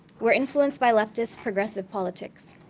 were influenced by leftist progressive politics.